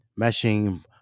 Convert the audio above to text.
meshing